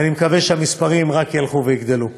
ואני מקווה שהמספרים רק ילכו ויגדלו.